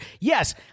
Yes